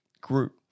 group